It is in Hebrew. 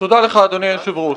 תודה לך, אדוני היושב-ראש.